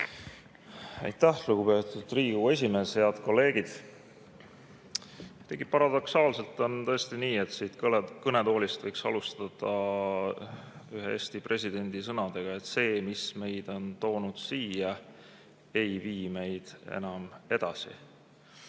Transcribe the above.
Aitäh, lugupeetud Riigikogu esimees! Head kolleegid! Paradoksaalselt on tõesti nii, et siit kõnetoolist võiks alustada ühe Eesti presidendi sõnadega, et see, mis meid on toonud siia, ei vii meid enam edasi.